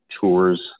tours